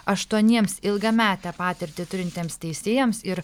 aštuoniems ilgametę patirtį turintiems teisėjams ir